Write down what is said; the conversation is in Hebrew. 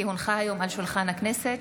כי הונחה היום על שולחן הכנסת,